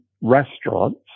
restaurants